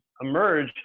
emerge